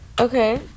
okay